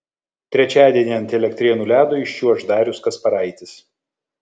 trečiadienį ant elektrėnų ledo iščiuoš darius kasparaitis